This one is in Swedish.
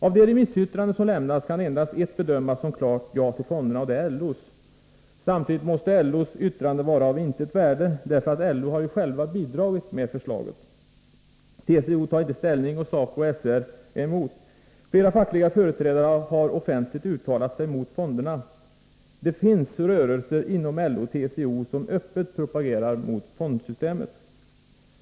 Av de remissyttranden som lämnats kan endast ett bedömas som klart ja till fonderna, och det är LO:s. Samtidigt måste LO:s yttrande vara av intet värde därför att LO ju självt har bidragit med förslaget. TCO tar inte ställning och SACO/SR är emot. Flera fackliga företrädare har offentligt uttalat sig mot fonderna. Det finns rörelser inom LO och TCO som öppet propagerar mot fondsystemet.